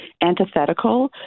antithetical